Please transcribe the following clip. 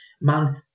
man